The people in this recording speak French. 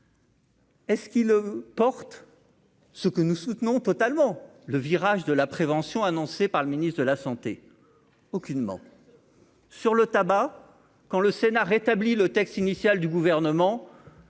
Et ce qui le porte, ce que nous soutenons totalement le virage de la prévention, annoncé par le ministre de la Santé aucunement sur le tabac quand le Sénat rétablit le texte initial du gouvernement,